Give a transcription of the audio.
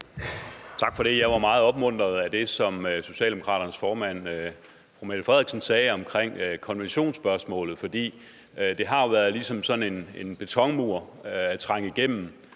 Tak for det. Jeg var meget opmuntret af det, som Socialdemokratiets formand, fru Mette Frederiksen, sagde om konventionsspørgsmålet, fordi det jo tidligere har været ligesom at skulle trænge igennem